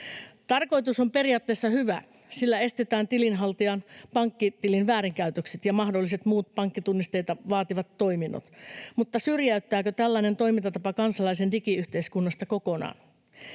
Tarkoitus on periaatteessa hyvä: sillä estetään tilinhaltijan pankkitilin väärinkäytökset ja mahdolliset muut pankkitunnisteita vaativat toiminnot. Mutta syrjäyttääkö tällainen toimintatapa kansalaisen digiyhteiskunnasta kokonaan?